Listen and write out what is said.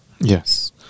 Yes